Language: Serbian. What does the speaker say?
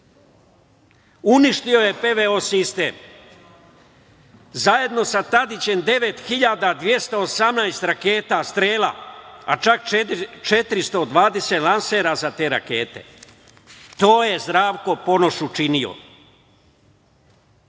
Uništio je PVO sistem, zajedno sa Tadićem, 9.218 raketa strela, a čak 420 lansera za te rakete. To je Zdravko Ponoš učinio.U